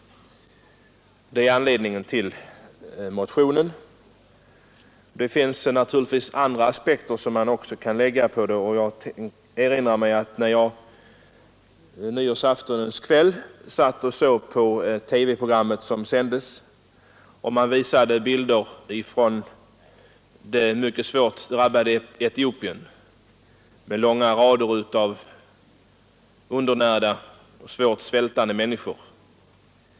Detta är anledningen till motionen. Det finns naturligtvis också andra aspekter som man kan lägga på problemet. Jag erinrar mig att jag på nyårsaftonens kväll satt och såg på TV-programmet, där det visades bilder från det mycket svårt drabbade Etiopien, med långa rader av undernärda och svårt svältande människor.